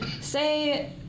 say